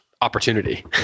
opportunity